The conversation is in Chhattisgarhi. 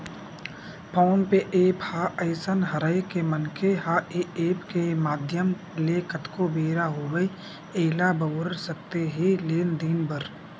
फोन पे ऐप ह अइसन हरय के मनखे ह ऐ ऐप के माधियम ले कतको बेरा होवय ऐला बउर सकत हे लेन देन बर